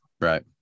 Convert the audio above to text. Right